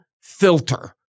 filter